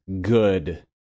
good